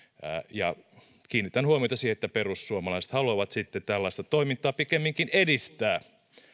kiinnitän huomiota siihen että perussuomalaiset haluavat sitten tällaista toimintaa pikemminkin edistää